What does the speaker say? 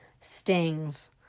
stings